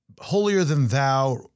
holier-than-thou